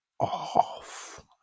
off